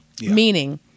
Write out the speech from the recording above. Meaning